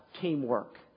teamwork